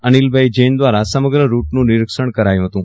અનિલભાઇ જૈન દ્વારા સમગ્ર રૂટનું નિરિક્ષણ કરાયુ હતુ